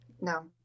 no